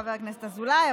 חבר הכנסת אזולאי,